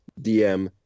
DM